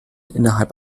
innerhalb